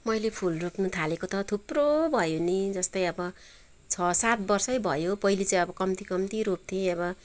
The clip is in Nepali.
मैले फुल रोप्नु थालेको त थुप्रो भयो नि जस्तै अब छ सात बर्षै भयो पहिले चाहिँ अब कम्ती कम्ती रोप्थे अब